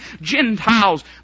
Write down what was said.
Gentiles